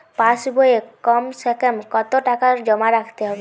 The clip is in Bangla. পাশ বইয়ে কমসেকম কত টাকা জমা রাখতে হবে?